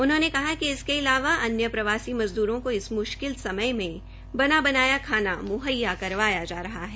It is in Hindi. उन्होंने कहा कि इसके अलावा अन्य प्रवासी मज़द्रों को इस मुशकिल समय में बना बनाया खाना मुहैया करवाया जा रहा है